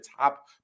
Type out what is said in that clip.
top